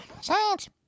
Science